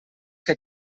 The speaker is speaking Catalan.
que